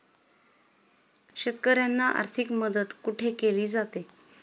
शेतकऱ्यांना आर्थिक मदत कुठे केली जाते?